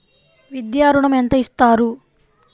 విద్యా ఋణం ఎంత ఇస్తారు?